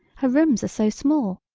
her rooms are so small.